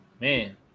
Man